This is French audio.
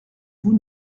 vous